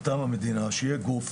מטעם המדינה, שיהיה גוף